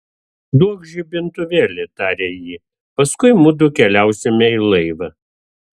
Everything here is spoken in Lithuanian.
duokš žibintuvėlį tarė ji paskui mudu keliausime į laivą